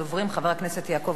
חבר הכנסת יעקב כץ,